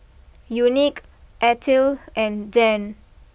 unique Ethyl and Dann